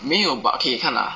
没有 but okay 你看 ah